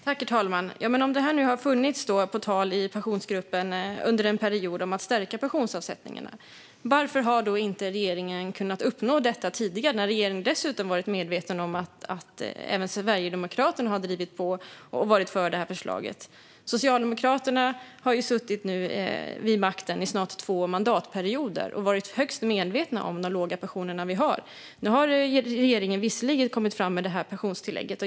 Herr talman! Ja, men om det nu har varit på tal i Pensionsgruppen under en period att stärka pensionsavsättningarna, varför har då inte regeringen kunnat uppnå detta tidigare? Regeringen har ju dessutom varit medveten om att även Sverigedemokraterna har drivit på och varit för det här förslaget. Socialdemokraterna har nu suttit vid makten i snart två mandatperioder och varit högst medvetna om de låga pensioner vi har. Nu har regeringen visserligen kommit fram med det här pensionstillägget.